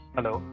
Hello